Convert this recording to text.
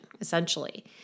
essentially